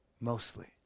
Mostly